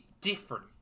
different